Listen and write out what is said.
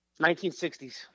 1960s